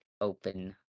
open